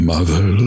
Mother